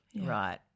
Right